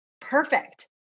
Perfect